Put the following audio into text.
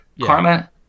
karma